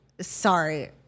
sorry